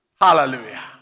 Hallelujah